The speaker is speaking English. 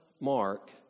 Mark